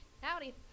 Howdy